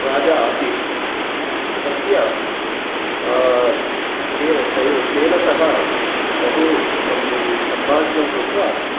राजा आसीत् तस्य ते तैः तेन सह बहु सम् सम्भाषणं कृत्वा